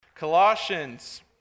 Colossians